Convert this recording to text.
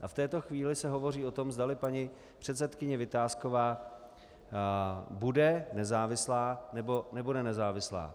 V této chvíli se hovoří o tom, zdali paní předsedkyně Vitásková bude nezávislá, nebo nebude nezávislá.